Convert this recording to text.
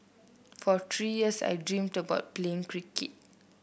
for three years I dreamed about playing cricket